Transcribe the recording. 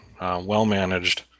well-managed